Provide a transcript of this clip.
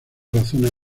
razones